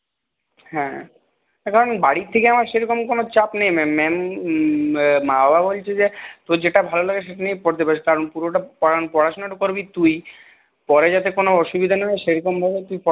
হ্যাঁ হ্যাঁ হ্যাঁ কারন আমার বাড়ি থেকে সেরকম কোন চাপ নেই ম্যাম মা বাবা বলছে যে তোর যেটা ভালো লাগে সেটা নিয়েই পড়তে পারিস কারন পুরোটা পড়াশোনাটা করবি তুই পরে যাতে কোন অসুবিধা না হয় সেরকম ভাবে তুই পড়াশোনাটা কর